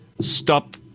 stop